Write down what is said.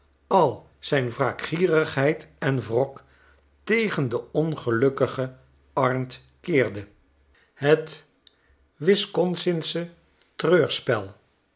al zijn wraakgierigheid en wrok tegen den ongelukkigen arndt keerde het wisconsinsche